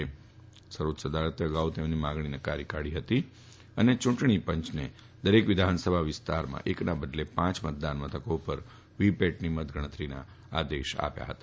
અગાઉ સર્વોચ્ય અદાલતે તેમની માગણી નકારી કાઢી ફતી અને ચૂંટણી પંચને દરેક વિધાનસભા વિસ્તારમાં એકના બદલે પાંચ મતદાન મથકો પર વીવીપેટની ગણતરીના આદેશ આપ્યા ફતા